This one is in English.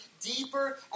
deeper